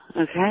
Okay